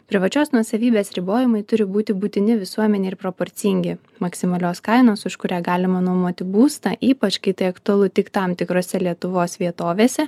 privačios nuosavybės ribojimai turi būti būtini visuomenei ir proporcingi maksimalios kainos už kurią galima nuomoti būstą ypač kai tai aktualu tik tam tikrose lietuvos vietovėse